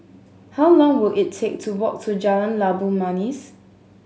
how long will it take to walk to Jalan Labu Manis